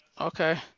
Okay